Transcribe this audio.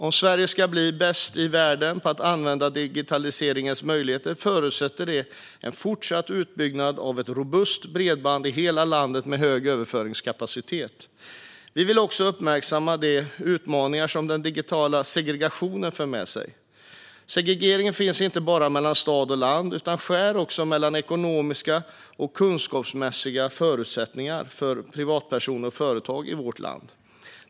Om Sverige ska bli bäst i världen på att använda digitaliseringens möjligheter krävs en fortsatt utbyggnad av ett robust bredband i hela landet med hög överföringskapacitet. Vi vill också uppmärksamma de utmaningar som den digitala segregationen för med sig. Denna segregation finns inte bara mellan stad och landsbygd utan också mellan de ekonomiska och kunskapsmässiga förutsättningarna för privatpersoner och företag i vårt land.